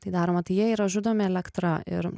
tai daroma tai jie yra žudomi elektra ir